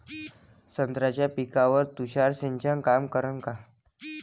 संत्र्याच्या पिकावर तुषार सिंचन काम करन का?